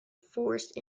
forest